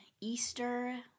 Easter